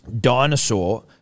dinosaur